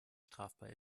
strafbar